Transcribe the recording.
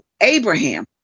abraham